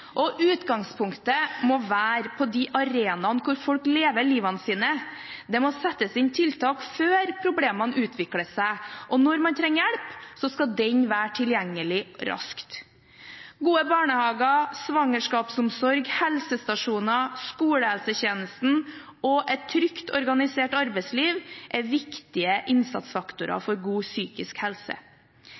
Utgangspunktet må være på de arenaene hvor folk lever livet sitt. Det må settes inn tiltak før problemene utvikler seg, og når man trenger hjelp, skal den være tilgjengelig raskt. Gode barnehager, svangerskapsomsorg, helsestasjoner, skolehelsetjenesten og et trygt, organisert arbeidsliv er viktige innsatsfaktorer for god psykisk helse.